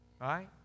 right